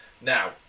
Now